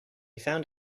found